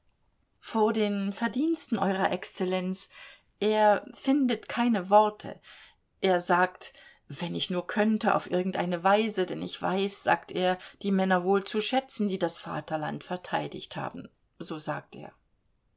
vor den verdiensten eurer exzellenz er findet keine worte er sagt wenn ich nur könnte auf irgendeine weise denn ich weiß sagt er die männer wohl zu schätzen die das vaterland verteidigt haben so sagt er